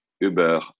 Uber